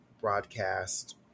broadcast